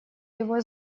его